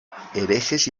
herejes